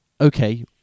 okay